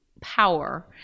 power